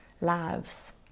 lives